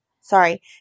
Sorry